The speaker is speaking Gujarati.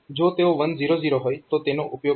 જો તેઓ 1 0 0 હોય તો તેનો ઉપયોગ થતો નથી